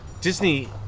Disney